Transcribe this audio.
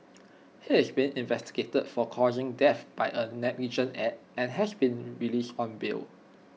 he is being investigated for causing death by A negligent act and has been released on bail